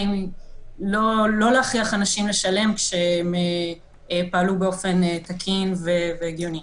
הכוונה לא להכריח אנשים לשלם כשהם פעלו באופן תקין והגיוני.